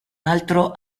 altro